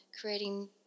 creating